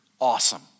Awesome